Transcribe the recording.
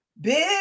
big